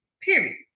Period